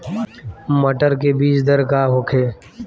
मटर के बीज दर का होखे?